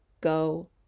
go